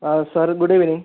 ആ sir good evening